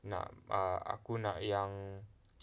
nak err aku nak yang